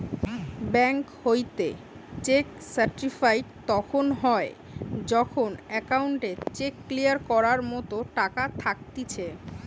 bank হইতে cheque certified তখন হয় যখন অ্যাকাউন্টে চেক ক্লিয়ার করার মতো টাকা থাকতিছে